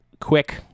quick